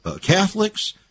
Catholics